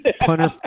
Punter